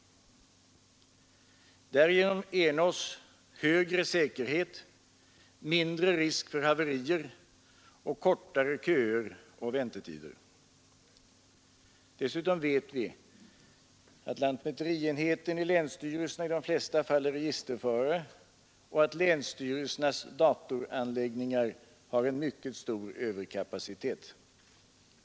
Därigenom ernås högre säkerhet, mindre risk för haverier samt kortare köer och väntetider. Dessutom vet vi att lantmäterienheten i länsstyrelserna i de flesta fall är registerförare och att länsstyrelsernas datoranläggningar har mycket stor överkapacitet.